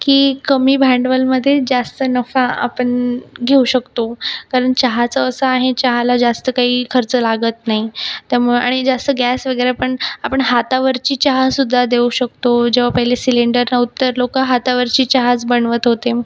की कमी भांडवलामध्ये जास्त नफा आपण घेऊ शकतो कारण चहाचं असं आहे चहाला जास्त काही खर्च लागत नाही त्यामुळे आणि जास्त गॅस वगैरे पण आपण हातावरची चहासुद्धा देऊ शकतो जेव्हा पहिले सिलेंडर नव्ह तर लोक हातावरची चहाच बनवत होते